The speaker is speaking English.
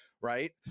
right